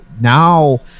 now